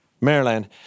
Maryland